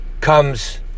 comes